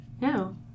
No